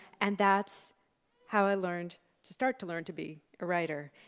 and that's how i learned to start to learn to be a writer.